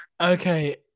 Okay